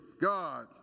God